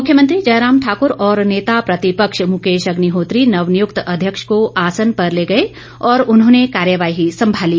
मुख्यमंत्री जयराम ठाकर और नेता प्रतिपक्ष मुकेश अग्निहोत्री नवनियक्त अध्यक्ष को आसन पर ले गए और उन्होंने कार्यवाही संभाली